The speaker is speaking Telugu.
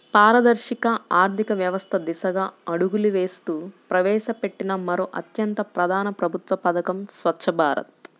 పారదర్శక ఆర్థిక వ్యవస్థ దిశగా అడుగులు వేస్తూ ప్రవేశపెట్టిన మరో అత్యంత ప్రధాన ప్రభుత్వ పథకం స్వఛ్చ భారత్